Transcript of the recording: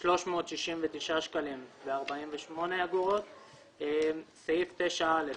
369.48 (5)סעיף 9(א)